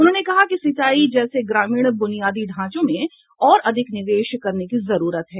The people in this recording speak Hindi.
उन्होंने कहा कि सिंचाई जैसे ग्रामीण ब्रनियादी ढांचे में और अधिक निवेश करने की जरूरत है